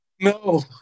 No